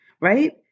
right